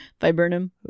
Viburnum